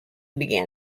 began